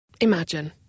Imagine